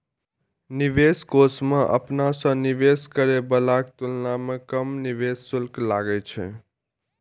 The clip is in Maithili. निवेश कोष मे अपना सं निवेश करै बलाक तुलना मे कम निवेश शुल्क लागै छै